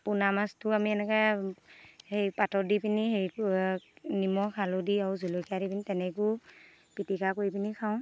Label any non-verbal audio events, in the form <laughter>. পোনা মাছটো আমি এনেকৈ হেৰি পাতত দি পিনি হেৰি <unintelligible> নিমখ হালধি আৰু জলকীয়া দি পিনি তেনেকৈও পিটিকা কৰি পিনি খাওঁ